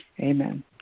Amen